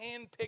handpicked